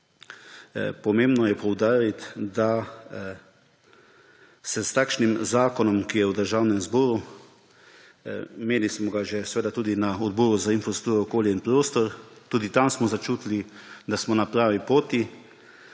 pomembno je poudariti, da se s takšnim zakonom, ki je v Državnem zboru, imeli smo ga tudi že na Odboru za infrastrukturo, okolje in prostor, tudi tam smo začutili, da smo na pravi poti,